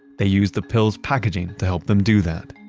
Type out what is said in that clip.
they use the pill's packaging to help them do that.